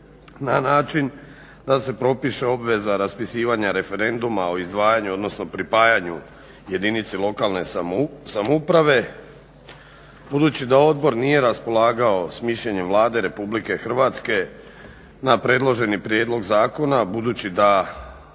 na način da se propiše obveza raspisivanja referenduma o izdvajanju odnosno pripajanju jedinici lokalne samouprave. Budući da odbor nije raspolagao s mišljenjem Vlade RH na predloženi prijedlog zakona budući da